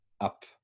up